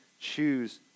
choose